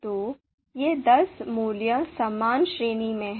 तो ये दस मूल्य समान श्रेणी में हैं